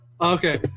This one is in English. Okay